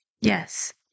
Yes